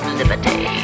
liberty